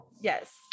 Yes